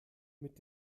mit